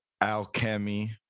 alchemy